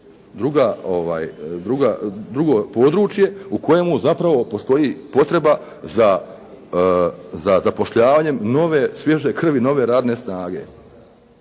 drugo područje u kojemu zapravo postoji potreba za zapošljavanjem nove svježe krvi, nove radne snage.